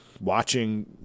Watching